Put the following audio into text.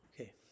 Okay